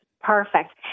perfect